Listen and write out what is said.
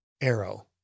arrow